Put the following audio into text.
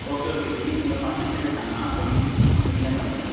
okay okay बेगीन तांकां पांचूत मिनटां सांगां आ बेगीन मिटींग आसा म्हणून सांग